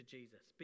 Jesus